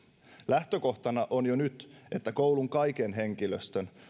lähtökohtana on jo nyt että koulun kaiken henkilöstön